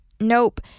nope